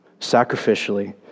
sacrificially